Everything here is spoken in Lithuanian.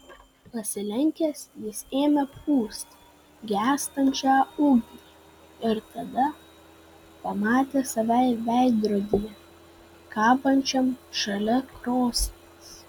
pasilenkęs jis ėmė pūst gęstančią ugnį ir tada pamatė save veidrodyje kabančiam šalia krosnies